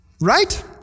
Right